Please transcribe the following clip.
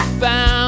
found